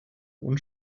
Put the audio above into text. und